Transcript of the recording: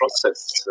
process